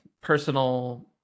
personal